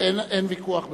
אין ויכוח בכלל.